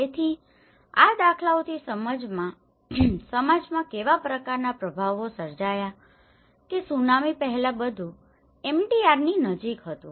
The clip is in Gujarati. તેથી આ દાખલાઓથી સમાજમાં કેવા પ્રકારનાં પ્રભાવો સર્જાયા છે જેમ કે તે સુનામી પહેલાં બધું MDR ની નજીક હતું